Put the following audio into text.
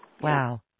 wow